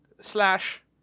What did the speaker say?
slash